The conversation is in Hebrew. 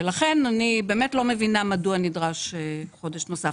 ולכן אני באמת לא מבינה מדוע נדרש חודש נוסף.